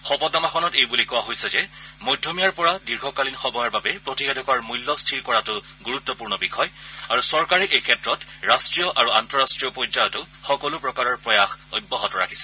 শপতনামাখনত এইবুলি কোৱা হৈছে যে মধ্যমীয়া পৰা দীৰ্ঘকালীন সময়ৰ বাবে প্ৰতিষেধকৰ মল্য স্থিৰ কৰাটো গুৰুত্বপূৰ্ণ বিষয় আৰু চৰকাৰে এই ক্ষেত্ৰত ৰাট্টীয় আৰু আন্তঃৰাষ্ট্ৰীয় পৰ্যায়তো সকলো প্ৰকাৰৰ প্ৰয়াস অব্যাহত ৰাখিছে